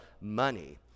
money